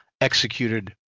executed